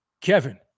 Kevin